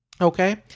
okay